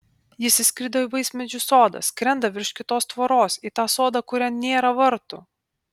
jis įskrido į vaismedžių sodą skrenda virš kitos tvoros į tą sodą kurian nėra vartų